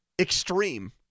extreme